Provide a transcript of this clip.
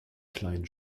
kleinen